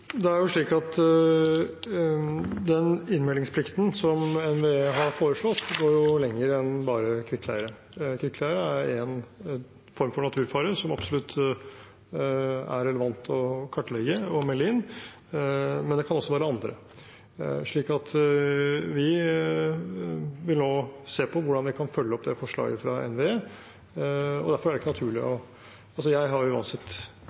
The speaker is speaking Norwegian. Det er slik at den innmeldingsplikten som NVE har foreslått, går lenger enn bare kvikkleire. Kvikkleire er én form for naturfare som det absolutt er relevant å kartlegge og melde inn, men det kan også være andre. Så vi vil nå se på hvordan vi kan følge opp det forslaget fra NVE. Jeg har uansett ikke anledning til å stemme i denne sal, men jeg